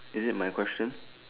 is it my question